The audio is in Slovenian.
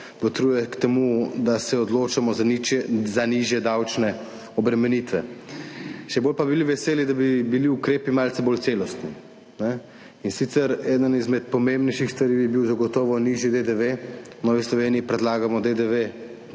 botruje k temu, da se odločamo za nižje davčne obremenitve. Še bolj pa bi bili veseli, da bi bili ukrepi malce bolj celostni. In sicer, ena izmed pomembnejših stvari bi bila zagotovo nižji DDV. V Novi Sloveniji predlagamo DDV